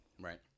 right